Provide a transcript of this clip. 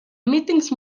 mítings